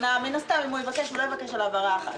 מן הסתם אם הוא יבקש הוא לא יבקש על העברה אחת,